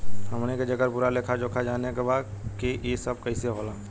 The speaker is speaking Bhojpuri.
हमनी के जेकर पूरा लेखा जोखा जाने के बा की ई सब कैसे होला?